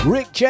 Rick